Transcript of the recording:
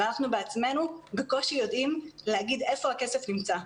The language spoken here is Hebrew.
אנחנו בעצמנו בקושי יודעים להגיד איפה הכסף נמצא.